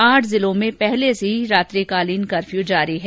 आठ जिलों में पहले से ही रात्रिकालीन कफर्यू जारी है